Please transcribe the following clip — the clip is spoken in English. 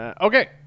Okay